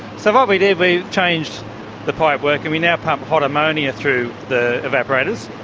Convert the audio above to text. so what we did, we changed the pipework. and we now pump hot ammonia through the evaporators,